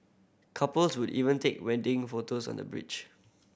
couples would even take wedding photos on the bridge